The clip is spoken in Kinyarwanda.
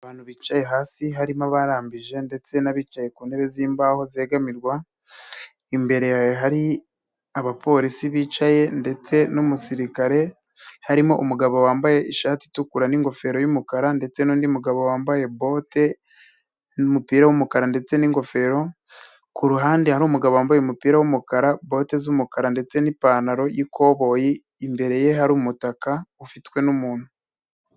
Abantu bicaye hasi harimo abarambije, ndetse n'abicaye ku ntebe zimbaho zegamirwa, imbere hari abapolisi bicaye ndetse n'umusirikare, harimo umugabo wambaye ishati itukura n'ingofero y'umukara, ndetse n'undi mugabo wambaye bote n'umupira w'umukara ndetse n'ingofero. Kuruhande hari umugabo wambaye umupira w'umukara, bote z'umukara ndetse nipantaro y'ikoboyi. Imbere ye hari umutaka ufitwe n'umuntu.